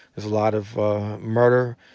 there's a lot of murder.